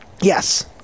Yes